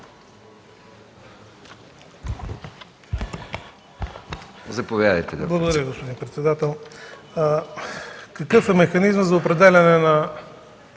Благодаря, господин председател. Какъв е механизмът за определяне на